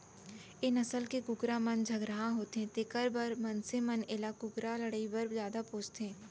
ए नसल के कुकरा मन झगरहा होथे तेकर बर मनसे मन एला कुकरा लड़ई बर जादा पोसथें